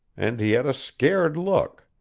and he had a scared look